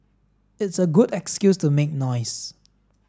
it's a good excuse to make noise